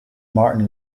martin